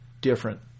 different